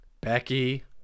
Becky